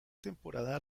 temporada